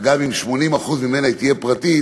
וכך גם אם 80% ממנה תהיה פרטית